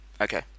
Okay